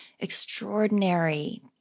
extraordinary